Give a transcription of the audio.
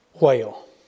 whale